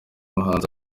muhanzi